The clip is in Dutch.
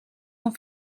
een